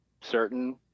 certain